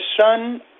son